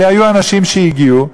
אבל היו אנשים שהגיעו,